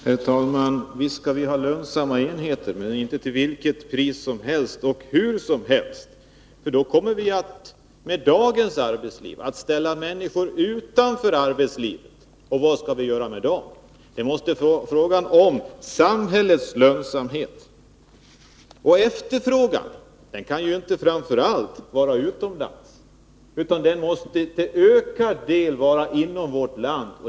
Herr talman! Visst skall vi ha lönsamma enheter, men inte till vilket pris som helst och hur som helst. Då kommer vi, med dagens arbetsliv. att ställa människor utanför arbetslivet. Vad skall vi göra med dem? Det gäller frågan om samhällets lönsamhet. Efterfrågan kan ju inte framför allt finnas utomlands, utan den måste till ökad del finnas inom vårt land.